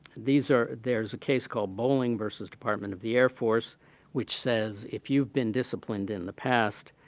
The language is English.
these are there's a case called bowling versus department of the air force which says, if you've been disciplined in the past,